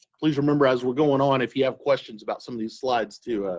please remember as we're going on if you have questions about some of these slides to